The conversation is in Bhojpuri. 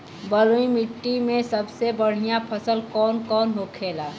बलुई मिट्टी में सबसे बढ़ियां फसल कौन कौन होखेला?